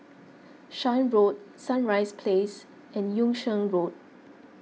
Shan Road Sunrise Place and Yung Sheng Road